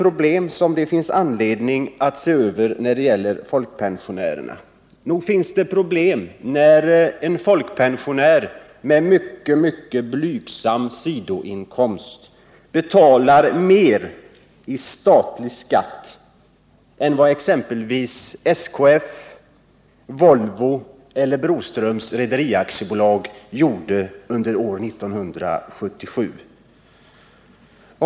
Ja, nog finns det anledning att se över de problem som föreligger på det området när en folkpensionär med mycket blygsam sidoinkomst betalar mer i statlig skatt än vad exempelvis SKF, Volvo eller Broströms Rederi Aktiebolag gjorde under år 1977.